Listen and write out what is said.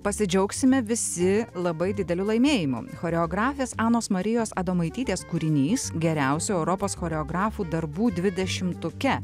pasidžiaugsime visi labai dideliu laimėjimu choreografės anos marijos adomaitytės kūrinys geriausių europos choreografų darbų dvidešimtuke